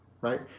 right